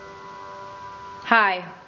Hi